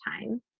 time